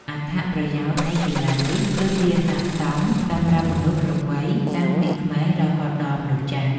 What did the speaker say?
អត្ថប្រយោជន៍នៃកីឡានេះ គឺវាស័ក្តិសមសម្រាប់មនុស្សគ្រប់វ័យ តាំងពីក្មេងរហូតដល់មនុស្សចាស់។